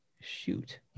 shoot